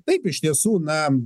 taip iš tiesų na